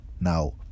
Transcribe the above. Now